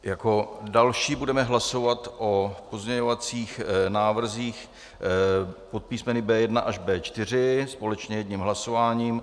Jako další budeme hlasovat o pozměňovacích návrzích pod písmeny B1 až B4 společně jedním hlasováním.